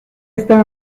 esta